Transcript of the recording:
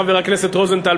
חבר הכנסת רוזנטל,